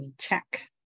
check